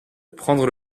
prendre